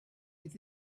with